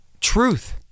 truth